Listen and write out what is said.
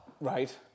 right